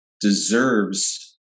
deserves